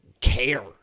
care